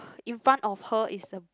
infront of her is a